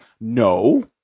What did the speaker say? no